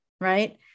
right